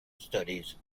studies